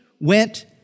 went